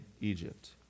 Egypt